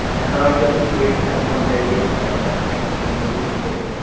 and i just do it kind of one day a week now and that keeps me in good nick.